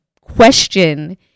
question